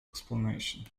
explanation